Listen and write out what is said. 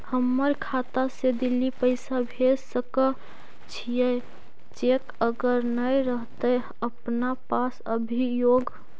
हमर खाता से दिल्ली पैसा भेज सकै छियै चेक अगर नय रहतै अपना पास अभियोग?